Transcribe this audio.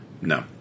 No